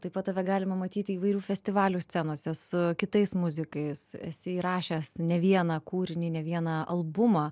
taip pat tave galima matyti įvairių festivalių scenose su kitais muzikais esi įrašęs ne vieną kūrinį ne vieną albumą